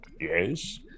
Yes